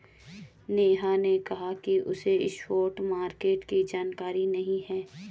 नेहा ने कहा कि उसे स्पॉट मार्केट की जानकारी नहीं है